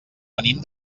venim